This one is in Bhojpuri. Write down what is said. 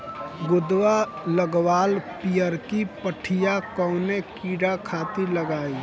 गोदवा लगवाल पियरकि पठिया कवने कीड़ा खातिर लगाई?